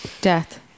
death